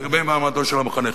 לגבי מעמדו של המחנך.